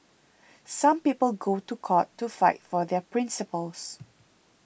some people go to court to fight for their principles